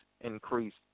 increased